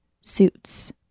suits